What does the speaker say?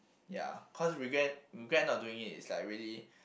ya cause regret regret not doing it is like really